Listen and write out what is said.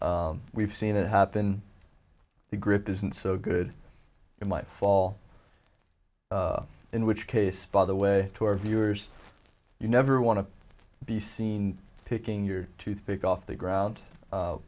d we've seen it happen to grip isn't so good in my fall in which case by the way to our viewers you never want to be seen picking your toothpick off the ground